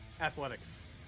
Athletics